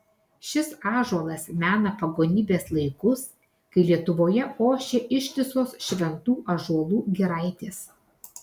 šis ąžuolas mena pagonybės laikus kai lietuvoje ošė ištisos šventų ąžuolų giraitės